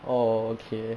oh okay